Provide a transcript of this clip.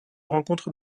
rencontre